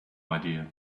idea